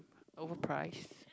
overpriced